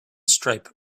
stripe